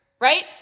right